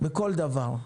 בכל דבר.